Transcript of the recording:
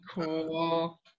Cool